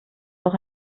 auch